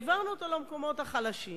העברנו אותו למקומות החלשים